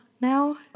now